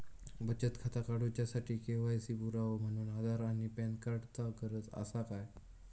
बचत खाता काडुच्या साठी के.वाय.सी पुरावो म्हणून आधार आणि पॅन कार्ड चा गरज आसा काय?